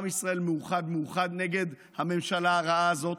עם ישראל מאוחד, מאוחד נגד הממשלה הרעה הזאת.